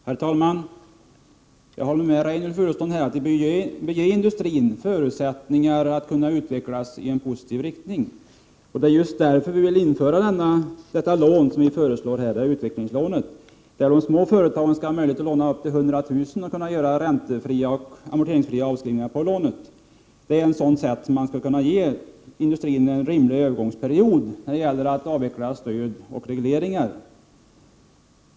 Herr talman! Jag håller med Reynoldh Furustrand om att vi bör ge industrin förutsättningar att kunna utvecklas i en positiv riktning. Det är just därför vi vill införa det föreslagna utvecklingslånet. De små företagen skall ha möjlighet att låna upp till 100 000 kr. och kunna göra räntefria och amorteringsfria avskrivningar på lånet. På ett sådant sätt skulle man kunna ge industrin en rimlig övergångsperiod när det gäller att avveckla stöd och regleringar.